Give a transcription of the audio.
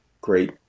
great